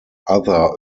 other